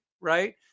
right